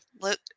Look